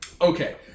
Okay